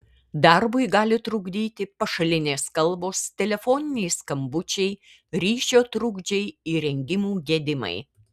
darbui gali trukdyti pašalinės kalbos telefoniniai skambučiai ryšio trukdžiai įrengimų gedimai